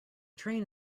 train